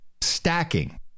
stacking